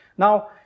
Now